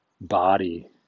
body